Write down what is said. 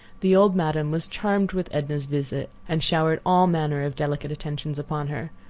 the old madame was charmed with edna's visit, and showered all manner of delicate attentions upon her.